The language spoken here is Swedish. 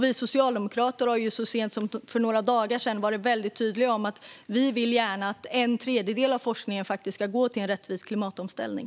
Vi socialdemokrater har så sent som för några dagar sedan varit väldigt tydliga med att vi gärna vill att en tredjedel av forskningen ska gå till en rättvis klimatomställning.